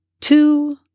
two